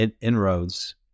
inroads